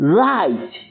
right